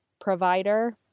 provider